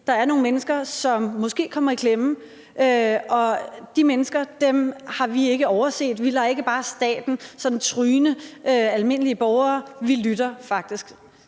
der er nogle mennesker, som måske kommer i klemme, og de mennesker har man ikke overset; man lader ikke bare staten sådan tryne almindelige borgere, men man lytter faktisk.